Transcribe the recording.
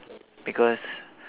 because